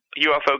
UFO